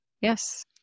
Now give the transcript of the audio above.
Yes